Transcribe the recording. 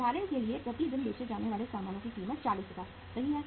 उदाहरण के लिए प्रति दिन बेचे जाने वाले सामानों की कीमत 40000 सही है